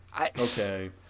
Okay